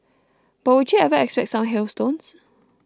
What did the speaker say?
but would you ever expect some hailstones